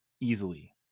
Easily